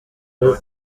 ubu